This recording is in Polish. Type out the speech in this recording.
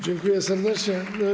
Dziękuję serdecznie.